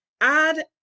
Add